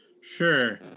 Sure